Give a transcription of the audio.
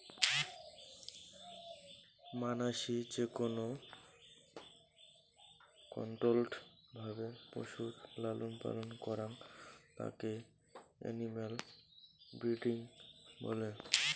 মানাসি যেকোন কন্ট্রোল্ড ভাবে পশুর লালন পালন করং তাকে এনিম্যাল ব্রিডিং বলে